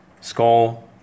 Skull